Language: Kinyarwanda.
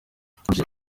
nkurikiye